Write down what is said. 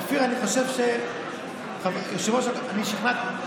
אופיר, אני חושב שאני שכנעתי.